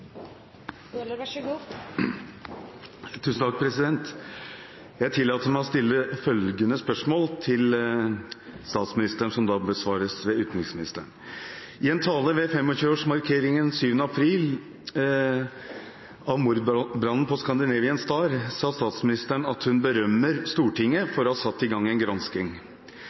Bøhler til statsministeren, vil bli besvart av utenriksministeren på vegne av statsministeren. Jeg tillater meg å stille følgende spørsmål til statsministeren, som besvares av utenriksministeren: «I en tale 7. april 2015 ved 25-årsmarkeringen av mordbrannen på Scandinavian Star sa statsministeren at hun berømmer Stortinget